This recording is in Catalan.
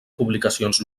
publicacions